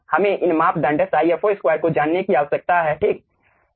हमें इन मापदंड ϕfo2 को जानने की आवश्यकता है ठीक